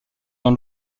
dans